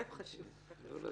לחוק,